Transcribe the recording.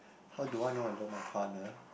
how do I know I love my partner